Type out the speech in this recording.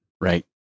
right